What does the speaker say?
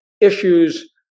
issues